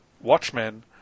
Watchmen